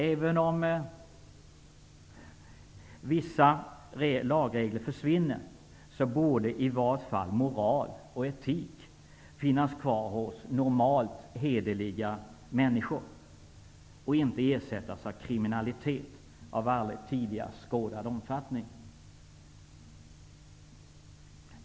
Även om vissa lagregler försvinner, borde i vart fall moral och etik finnas kvar hos normalt hederliga människor och inte ersättas av en kriminalitet av aldrig tidigare skådad omfattning.